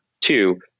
two